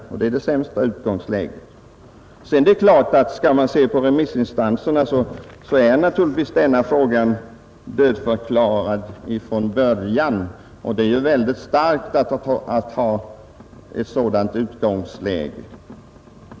Det är det sämsta utgångsläget. 85 Nr 39 Det är klart att om man skall se på remissinstanserna är denna fråga Onsdagen den naturligtvis dödförklarad från början, och det är naturligtvis starkt och 10 mars 1971 bekvämt att ha ett sådant utgångsläge.